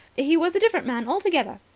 he was a different man altogether.